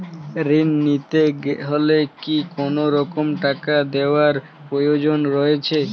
ঋণ নিতে হলে কি কোনরকম টাকা দেওয়ার প্রয়োজন রয়েছে?